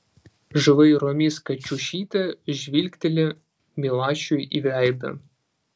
žvairomis kačiušytė žvilgteli milašiui į veidą